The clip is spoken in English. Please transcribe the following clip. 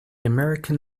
american